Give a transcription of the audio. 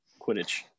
Quidditch